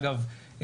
אגב,